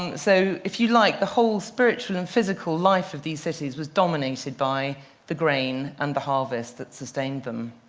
so, if you like, the whole spiritual and physical life of these cities was dominated by the grain and the harvest that sustained them.